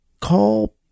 call